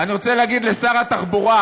אני רוצה להגיד לשר התחבורה: